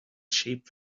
sheep